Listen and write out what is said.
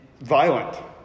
violent